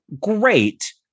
great